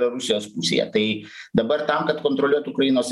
rusijos pusėje tai dabar tam kad kontroliuot ukrainos